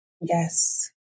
Yes